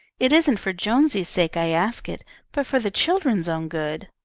it isn't for jonesy's sake i ask it, but for the children's own good.